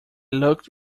looked